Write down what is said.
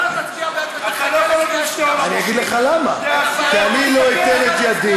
אז למה לא תצביע בעד,